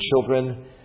children